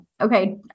okay